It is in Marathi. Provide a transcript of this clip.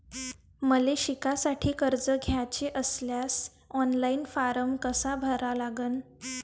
मले शिकासाठी कर्ज घ्याचे असल्यास ऑनलाईन फारम कसा भरा लागन?